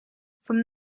from